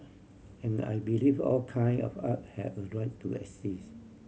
and I believe all kind of art have a right to exists